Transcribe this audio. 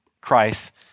Christ